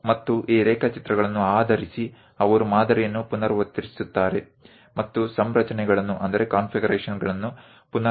અને તે ડ્રોઇંગ્સ ના આધારે તેઓ પેટર્નનું પુનરાવર્તન કરે છે અને માળખું રૂપરેખાંકન ને configurations ફરીથી ફરીથી બનાવે છે